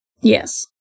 Yes